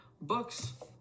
books